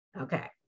okay